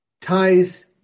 ties